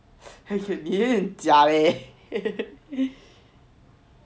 你很假 leh